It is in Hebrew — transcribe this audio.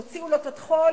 הוציאו לו את הטחול,